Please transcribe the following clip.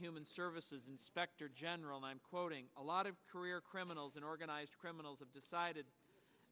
human services inspector general i'm quoting a lot of career criminals in organized criminals have decided